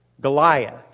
Goliath